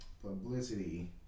publicity